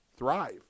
Thrive